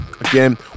Again